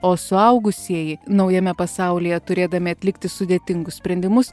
o suaugusieji naujame pasaulyje turėdami atlikti sudėtingus sprendimus